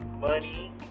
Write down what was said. money